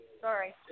Sorry